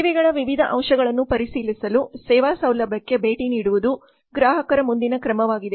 ಸೇವೆಗಳ ವಿವಿಧ ಅಂಶಗಳನ್ನು ಪರಿಶೀಲಿಸಲು ಸೇವಾ ಸೌಲಭ್ಯಕ್ಕೆ ಭೇಟಿ ನೀಡುವುದು ಗ್ರಾಹಕರ ಮುಂದಿನ ಕ್ರಮವಾಗಿದೆ